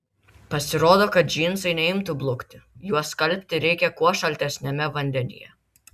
pasirodo kad džinsai neimtų blukti juos skalbti reikia kuo šaltesniame vandenyje